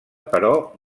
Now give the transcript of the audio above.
però